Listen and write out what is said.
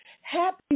Happy